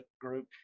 group